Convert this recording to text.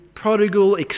prodigal